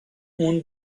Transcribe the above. اون